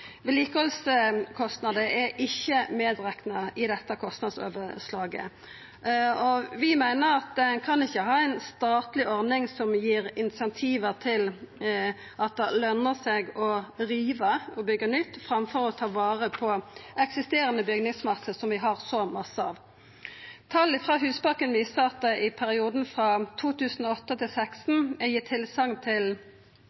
Vedlikehaldskostnader er ikkje rekna med i dette kostnadsoverslaget. Vi meiner at ein ikkje kan ha ei statleg ordning som gir incentiv til at det løner seg å riva og byggja nytt framfor å ta vare på eksisterande bygningsmasse, som vi har så mykje av. Tal frå Husbanken viser at det i perioden frå 2008 til